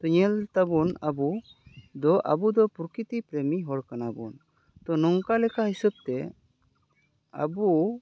ᱛᱚ ᱧᱮᱞ ᱛᱟᱵᱚᱱ ᱟᱵᱚ ᱫᱚ ᱟᱵᱚ ᱫᱚ ᱯᱨᱚᱠᱤᱛᱤ ᱯᱨᱮᱢᱤ ᱦᱚᱲ ᱠᱟᱱᱟᱵᱚᱱ ᱛᱚ ᱱᱚᱝᱠᱟ ᱞᱮᱠᱟ ᱦᱤᱥᱟᱹᱵ ᱛᱮ ᱟᱵᱚ